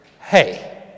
hey